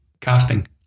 casting